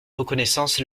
reconnaissance